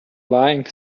lying